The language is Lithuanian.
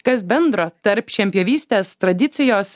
kas bendro tarp šienpjovystės tradicijos